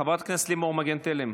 חברת הכנסת לימור מגן תלם,